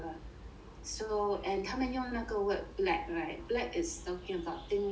so and 他们用那个 word black right black is talking about things